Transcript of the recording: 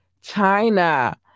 China